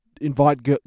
invite